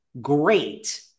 Great